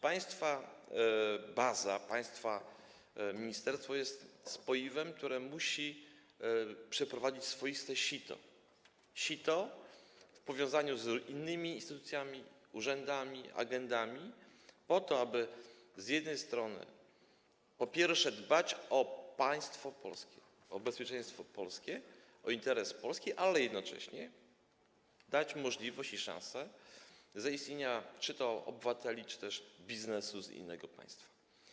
Państwa baza, państwa ministerstwo jest spoiwem, które musi przeprowadzić swoiste sito, sito w powiązaniu z innymi instytucjami, urzędami, agendami, po to aby z jednej strony, po pierwsze, dbać o państwo polskie, o bezpieczeństwo polskie, o interes Polski, ale jednocześnie dać możliwość i szansę zaistnienia czy to obywateli, czy też biznesu z innego państwa.